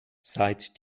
seit